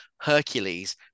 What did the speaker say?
Hercules